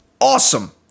Awesome